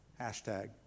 Hashtag